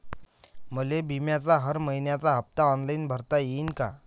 मले बिम्याचा हर मइन्याचा हप्ता ऑनलाईन भरता यीन का?